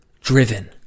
driven